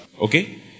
Okay